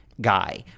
guy